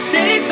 Say